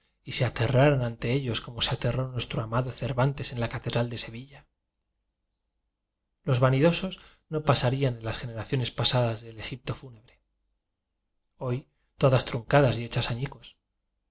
y se aterraran ante ellos como se aterró nuestro amado cervantes en la catedral de sevilla los vanidosos no pasarían en las gene raciones pasadas del egipto fúnebre hoy todas truncadas y hechas añicos